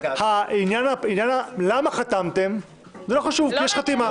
העניין של למה חתמכם לא חשוב, כי יש חתימה.